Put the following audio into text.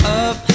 up